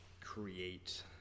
create